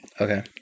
okay